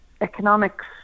economics